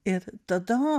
ir tada